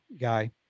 guy